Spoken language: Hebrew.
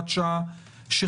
הוראת שעה לחמש שנים.